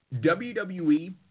WWE